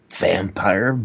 vampire